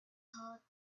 her